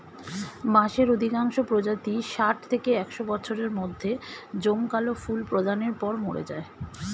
বাঁশের অধিকাংশ প্রজাতিই ষাট থেকে একশ বছরের মধ্যে জমকালো ফুল প্রদানের পর মরে যায়